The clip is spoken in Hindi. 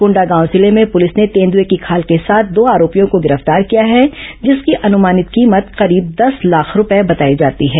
कोंडागांव जिले में पुलिस ने तेंदुएं की खाल के साथ दो आरोपियों को गिरफ्तार किया है जिसकी अनुमानित कीमत करीब दस लाख रूपये बताई जाती है